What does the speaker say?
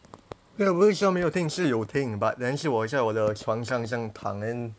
没有不是说没有听是有听 but then 是我在我的床上这样躺 then